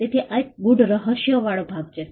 તેથી આ એક ગૂઢ રહસ્ય વાળો ભાગ છે